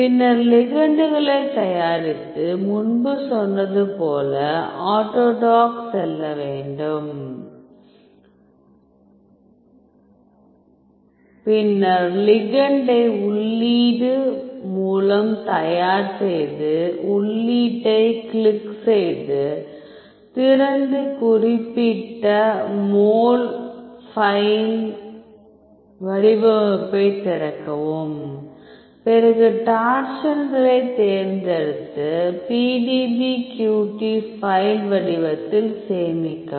பின்னர் லிகெண்ட்களைத் தயாரித்து முன்பு சொன்னது போல் ஆட்டோடாக் செல்ல வேண்டும் பின்னர் லிகெண்டை உள்ளீடு மூலம் தயார் செய்து உள்ளீட்டைத் கிளிக் செய்து திறந்து குறிப்பிட்ட மோல் ஃபைல் வடிவமைப்பைத் திறக்கவும் பிறகு டார்சன்களை தேர்ந்தெடுத்து PDBQT ஃபைல் வடிவத்தில் சேமிக்கவும்